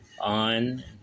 on